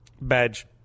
badge